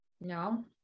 no